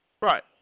Right